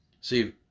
See